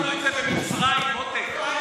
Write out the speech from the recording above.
אנחנו עברנו את זה במצרים, מותק.